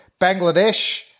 Bangladesh